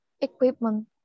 equipment